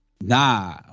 nah